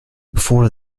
before